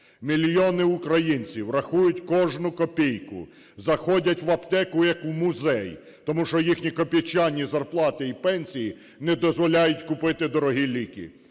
Мільйони українців рахують кожну копійку, заходять в аптеку, як в музей, тому що їхні копійчані зарплати і пенсії не дозволяють купити дороги ліки.